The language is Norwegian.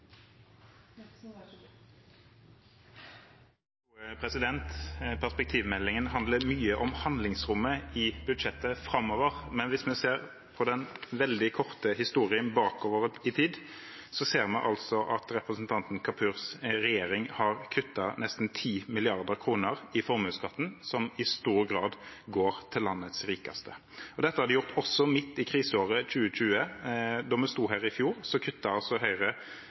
Perspektivmeldingen handler mye om handlingsrommet i budsjettet framover, men hvis vi ser på den veldig korte historien bakover i tid, ser vi at representanten Kapurs regjering har kuttet nesten 10 mrd. kr i formuesskatten, som i stor grad går til landets rikeste. Dette har de gjort også midt i kriseåret 2020. Da vi sto her i fjor,